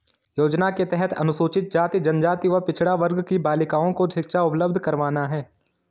योजना के तहत अनुसूचित जाति, जनजाति व पिछड़ा वर्ग की बालिकाओं को शिक्षा उपलब्ध करवाना है